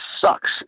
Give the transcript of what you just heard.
sucks